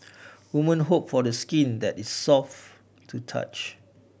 women hope for the skin that is soft to touch